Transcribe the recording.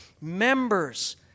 members